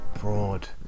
broad